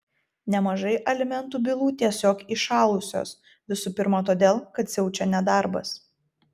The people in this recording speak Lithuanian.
nemažai alimentų bylų tiesiog įšalusios visų pirma todėl kad siaučia nedarbas